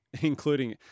including